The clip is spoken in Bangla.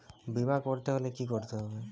বিমা করতে হলে কি করতে হবে?